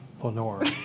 Lenore